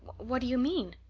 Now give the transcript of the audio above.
what do you mean?